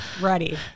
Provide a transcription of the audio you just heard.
Ready